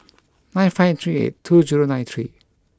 nine five three eight two zero nine three